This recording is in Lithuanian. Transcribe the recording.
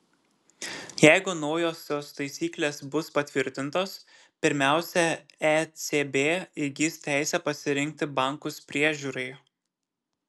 jeigu naujosios taisyklės bus patvirtintos pirmiausia ecb įgis teisę pasirinkti bankus priežiūrai